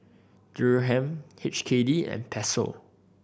Dirham H K D and Peso